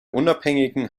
unabhängigen